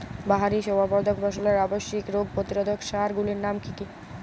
বাহারী শোভাবর্ধক ফসলের আবশ্যিক রোগ প্রতিরোধক সার গুলির নাম কি কি?